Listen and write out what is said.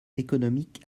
économique